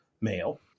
male